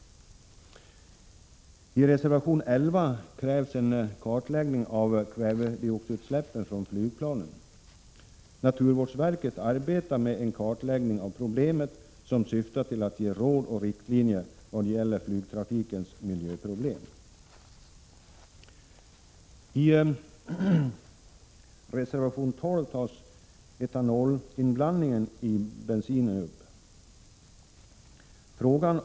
I reservation 11 krävs en kartläggning av kväveoxidutsläppen från flygplan. Naturvårdsverket arbetar med en kartläggning av problemet som 51 syftar till att ge råd och riktlinjer i vad det gäller flygtrafikens miljöproblem. I reservation 12 tas etanolinblandningen i bensin upp.